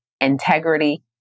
integrity